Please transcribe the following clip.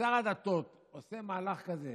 שר הדתות עושה מהלך כזה